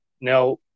Now